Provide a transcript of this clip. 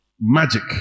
Magic